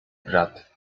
brat